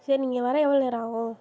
சரி நீங்கள் வர எவ்வளோ நேரம் ஆகும்